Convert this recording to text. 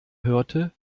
hörte